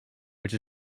which